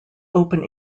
open